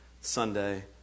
Sunday